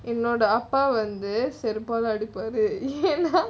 if not ah pa அப்பாவந்துசெருப்பாலஅடிப்பாரு: appa vandhu seruppala adipparu